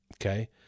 okay